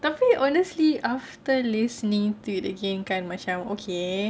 tapi honestly after listening to the game kan macam okay